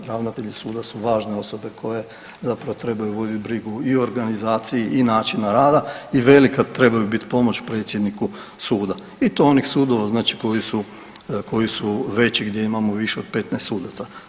Ravnatelji suda su važne osobe koje zapravo trebaju vodit brigu i o organizaciji i načinu rada i velika trebaju bit pomoć predsjedniku suda i to onih sudova znači koji su, koji su veći i gdje imamo više od 15 sudaca.